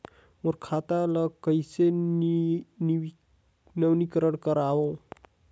मोर खाता ल कइसे नवीनीकरण कराओ?